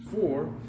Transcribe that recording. four